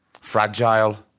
fragile